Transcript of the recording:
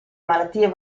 malattie